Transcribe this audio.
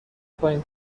پایین